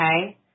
okay